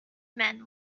men